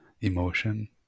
emotion